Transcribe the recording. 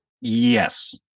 Yes